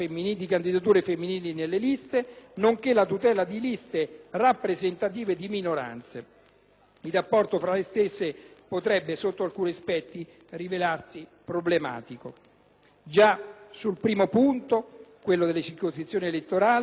(il rapporto tra le stesse potrebbe sotto alcuni aspetti rivelarsi problematico). Già sul primo punto - quello relativo alle circoscrizioni elettorali - si rileva come la divisione delle stesse in cinque maxiaree non consenta